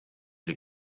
die